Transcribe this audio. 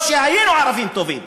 אף שהיינו ערבים טובים